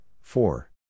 four